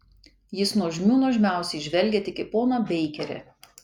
jis nuožmių nuožmiausiai žvelgia tik į poną beikerį